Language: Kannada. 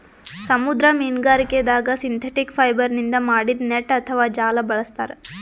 ಸಮುದ್ರ ಮೀನ್ಗಾರಿಕೆದಾಗ್ ಸಿಂಥೆಟಿಕ್ ಫೈಬರ್ನಿಂದ್ ಮಾಡಿದ್ದ್ ನೆಟ್ಟ್ ಅಥವಾ ಜಾಲ ಬಳಸ್ತಾರ್